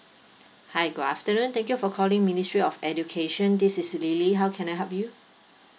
hi good afternoon thank you for calling ministry of education this is lily how can I help you